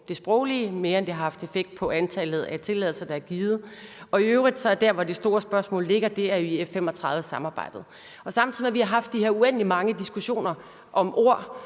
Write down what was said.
end det har haft effekt på antallet af tilladelser, der er givet. Der, hvor det store spørgsmål ligger, er i øvrigt i F-35-samarbejdet. Samtidig med, at vi har vi haft de her uendelig mange diskussioner og